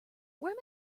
where